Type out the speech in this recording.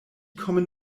kommen